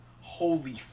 holy